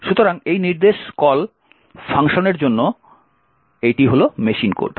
সুতরাং এই নির্দেশ কল ফাংশনের জন্য এইটি হল মেশিন কোড